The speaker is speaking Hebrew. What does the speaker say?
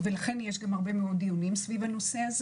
לכן גם יש הרבה מאוד דיונים סביב הנושא.